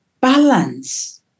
balance